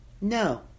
No